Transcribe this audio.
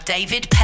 David